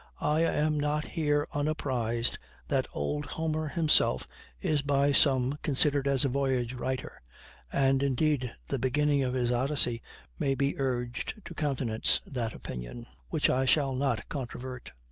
i am not here unapprised that old homer himself is by some considered as a voyage-writer and, indeed, the beginning of his odyssey may be urged to countenance that opinion, which i shall not controvert.